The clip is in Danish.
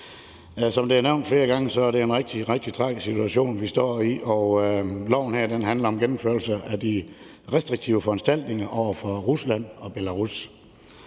Som det er nævnt flere gange, er det en rigtig, rigtig tragisk situation, vi står i, og loven her handler om gennemførelse af de restriktive foranstaltninger over for Rusland og Belarus.